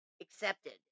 accepted